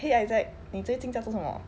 !hey! isaac 你最近在做什么